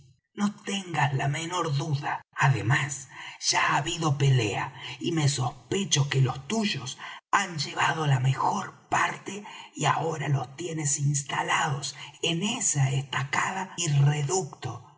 no tengas la menor duda además ya ha habido pelea y me sospecho que los tuyos han llevado la mejor parte y ahora los tienes instalados en esa estacada y reducto